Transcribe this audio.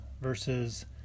versus